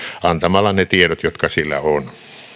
antamalla ne tiedot jotka sillä on